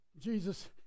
Jesus